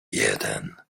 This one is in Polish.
jeden